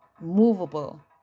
movable